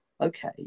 okay